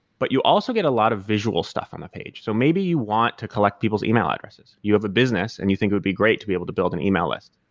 but you also get a lot of visual stuff on that page, so maybe you want to collect people's email addresses. you have a business and you think it would be great to be able to build an email list.